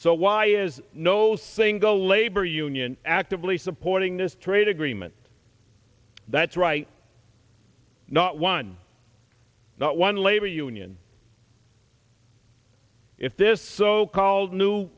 so why is no single labor union actively supporting this trade agreement that's right not one not one labor union if this so called new